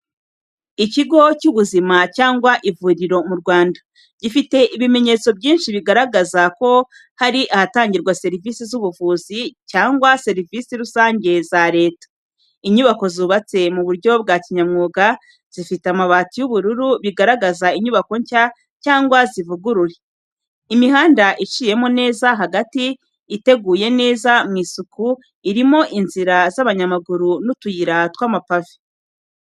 Ikigo cy'ubuzima cyangwa ivuriro mu Rwanda, gifite ibimenyetso byinshi bigaragaza ko ari ahatangirwa serivisi z’ubuvuzi cyangwa serivisi rusange za leta. Inyubako zubatse mu buryo bwa kinyamwuga, zifite amabati y’ubururu, bigaragaza inyubako nshya cyangwa zivuguruye. Imihanda iciyemo neza hagati, iteguye neza mu isuku, irimo inzira z'abanyamaguru n’utuyira tw’amapave.